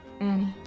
Annie